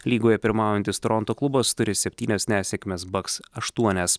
lygoje pirmaujantis toronto klubas turi septynias nesėkmes baks aštuonias